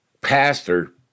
pastor